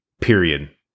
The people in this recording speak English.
Period